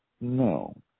No